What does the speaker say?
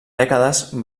dècades